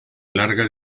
larga